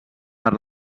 per